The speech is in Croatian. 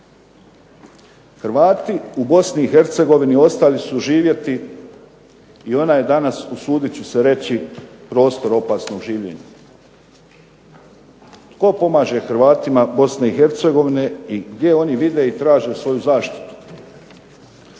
Hercegovini ostali su živjeti i ona je danas, usudit ću se reći, prostor opasnog življenja. Tko pomaže Hrvatima Bosne i Hercegovine i gdje oni vide i traže svoju zaštitu?